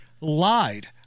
lied